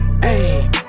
Hey